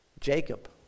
Jacob